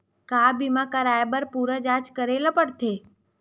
का बीमा कराए बर पूरा जांच करेला पड़थे?